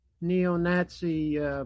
neo-Nazi